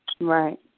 Right